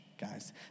guys